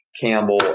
Campbell